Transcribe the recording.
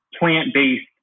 plant-based